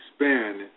expand